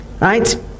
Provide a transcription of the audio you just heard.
right